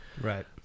Right